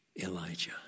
Elijah